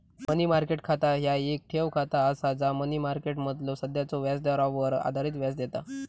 मनी market खाता ह्या येक ठेव खाता असा जा मनी मार्केटमधलो सध्याच्यो व्याजदरावर आधारित व्याज देता